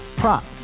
prop